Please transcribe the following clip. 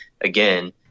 again